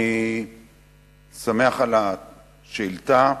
אני שמח על השאילתא,